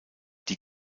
die